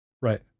Right